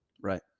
right